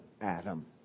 Adam